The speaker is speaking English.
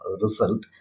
result